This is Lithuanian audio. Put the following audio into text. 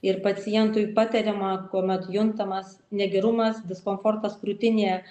ir pacientui patariama kuomet juntamas negerumas diskomfortas krūtinėje